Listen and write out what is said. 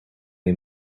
you